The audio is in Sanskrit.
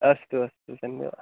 अस्तु अस्तु धन्यवादः